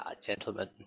gentlemen